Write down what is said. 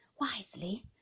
wisely